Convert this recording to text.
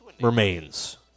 remains